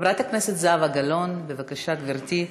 חברת הכנסת זהבה גלאון, בבקשה, גברתי,